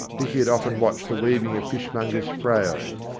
dicky had often watched the weaving of fishmongers' frails,